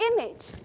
image